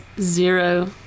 Zero